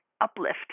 uplift